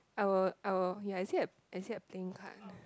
I will I will ya is it a is it a playing card